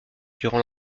durant